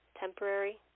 temporary